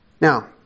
Now